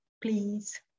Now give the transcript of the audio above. please